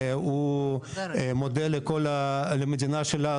ואם הוא היה כל העולם היה מכוסה,